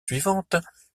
suivantes